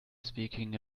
speaking